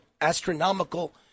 astronomical